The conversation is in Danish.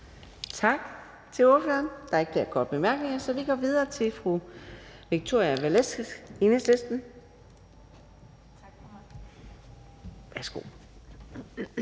Tak til ordføreren. Der er ikke flere korte bemærkninger, så vi går videre til fru Victoria Velasquez, Enhedslisten.